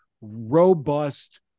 robust